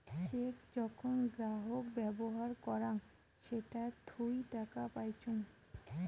check যখন গ্রাহক ব্যবহার করাং সেটা থুই টাকা পাইচুঙ